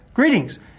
Greetings